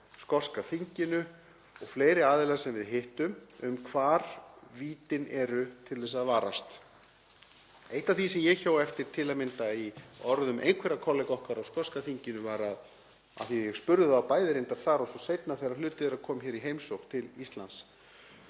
skoska þinginu og fleiri aðila sem við hittum um hvar vítin eru til að varast. Eitt af því sem ég hjó eftir til að mynda í orðum einhverra kollega okkar á skoska þinginu — ég spurði bæði þar og svo seinna þegar hluti þeirra kom í heimsókn til Íslands